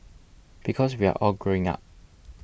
because we're all growing up